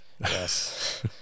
yes